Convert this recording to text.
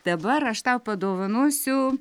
dabar aš tau padovanosiu